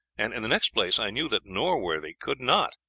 and, in the next place, i knew that norworthy could not,